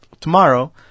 tomorrow